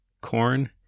corn